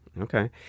Okay